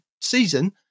season